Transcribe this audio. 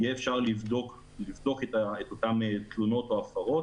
אפשר יהיה לבדוק את אותן תלונות או הפרות